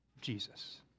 Jesus